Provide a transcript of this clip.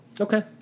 Okay